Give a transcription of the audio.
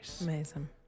Amazing